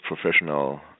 professional